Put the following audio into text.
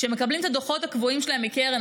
כשהם מקבלים את הדוחות הקבועים שלהם מקרן